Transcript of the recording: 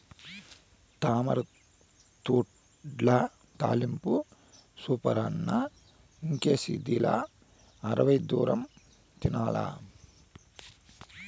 తామరతూడ్ల తాలింపు సూపరన్న ఇంకేసిదిలా అరవై దూరం తినాల్ల